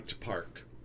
Park